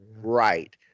Right